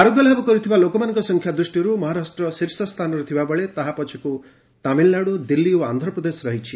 ଆରୋଗ୍ୟ ଲାଭ କରିଥିବା ଲୋକମାନଙ୍କ ସଂଖ୍ୟା ଦୃଷ୍ଟିରୁ ମହାରାଷ୍ଟ୍ର ଶୀର୍ଷ ସ୍ଥାନରେ ଥିବା ବେଳେ ତାହା ପଛକ୍ ତାମିଲନାଡ଼ ଦିଲ୍ଲୀ ଓ ଆନ୍ଧ୍ରପ୍ରଦେଶ ରହିଛି